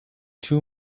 two